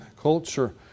culture